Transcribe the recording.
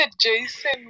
Jason